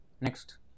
Next